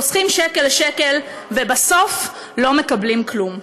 חוסכים שקל לשקל ובסוף לא מקבלים כלום.